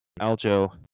Aljo